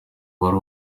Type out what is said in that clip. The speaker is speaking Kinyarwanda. uwari